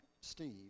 Steve